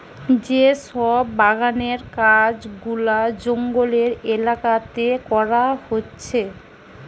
যে সব বাগানের কাজ গুলা জঙ্গলের এলাকাতে করা হচ্ছে